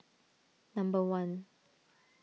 number one